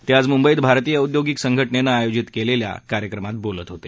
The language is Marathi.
ते आज म्ंबईत भारतीय औद्योगिक संघ नेनं आयोजित केलेल्या कार्यक्रमात बोलत होते